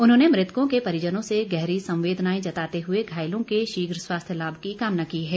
उन्होंने मृतकों के परिजनों से गहरी संवेदनाएं जताते हुए घायलों के शीघ्र स्वास्थ्य लाभ की कामना की है